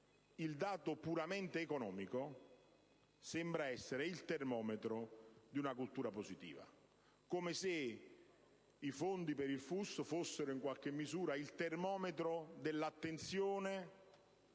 il dato puramente economico sembri essere il termometro di una cultura positiva, come se le risorse per il FUS fossero il termometro dell'attenzione